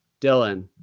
Dylan